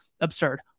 absurd